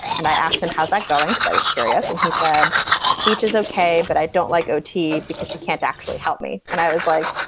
and i asked him, how's that going? because i was curious and he said speeches, ok. but i don't like otey because you can't actually help me. and i was like,